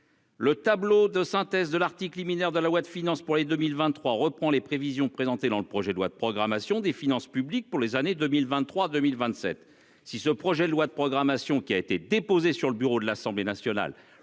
Le tableau de synthèse de l'Arctique liminaire de la loi de finances pour les 2023 reprend les prévisions présentées dans le projet de loi de programmation des finances publiques pour les années 2023 2027. Si ce projet de loi de programmation qui a été déposé sur le bureau de l'Assemblée nationale,